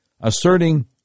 asserting